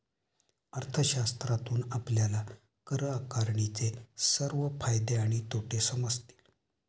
अर्थशास्त्रातून आपल्याला कर आकारणीचे सर्व फायदे आणि तोटे समजतील